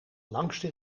langste